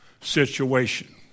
situation